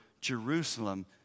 Jerusalem